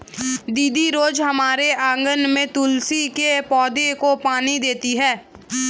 दादी रोज हमारे आँगन के तुलसी के पौधे को पानी देती हैं